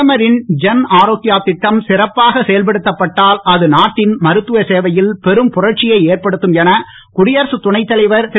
பிரதமரின் ஜன் ஆரரோக்யா திட்டம் சிறப்பாக செயல்படுத்தப் பட்டால் அது நாட்டின் மருத்துவ சேவையில் பெரும் புரட்சியை ஏற்படுத்தும் என குடியரசுத் துணைத்தலைவர் திரு